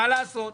מה לעשות.